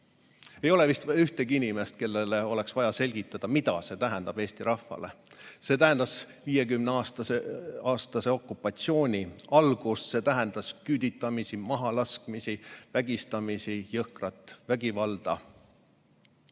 Ei ole vist ühtegi inimest, kellele oleks vaja selgitada, mida see võit tähendas Eesti rahvale. See tähendas 50‑aastase okupatsiooni algust, see tähendas küüditamisi, mahalaskmisi, vägistamisi, jõhkrat vägivalda.